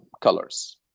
colors